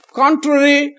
contrary